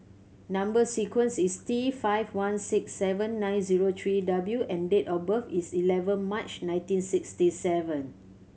number sequence is T five one six seven nine zero three W and date of birth is eleven March nineteen sixty seven